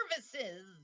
services